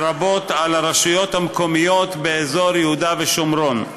לרבות על הרשויות המקומיות באזור יהודה ושומרון.